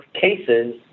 cases